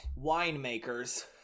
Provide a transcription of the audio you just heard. winemakers